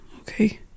okay